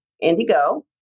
Indigo